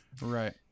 right